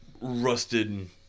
rusted